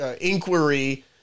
inquiry